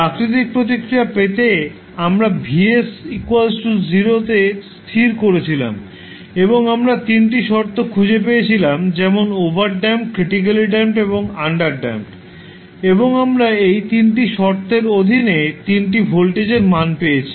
প্রাকৃতিক প্রতিক্রিয়া পেতে আমরা Vs 0 এ স্থির করেছিলাম এবং আমরা 3 টি শর্ত খুঁজে পেয়েছিলাম যেমন ওভারড্যাম্পড ক্রিটিকালি ড্যাম্পড এবং আন্ডারড্যাম্পড এবং আমরা এই 3 টি শর্তের অধীনে 3 টি ভোল্টেজের মান পেয়েছি